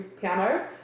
piano